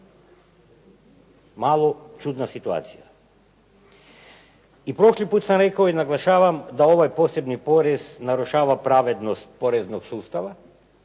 Malo čudna situacija. I prošli put sam rekao i naglašavam da ovaj posebni porez narušava pravednost poreznog sustava,